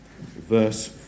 verse